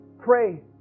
Pray